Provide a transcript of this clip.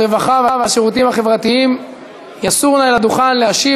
הרווחה והשירותים החברתיים יסור לדוכן להשיב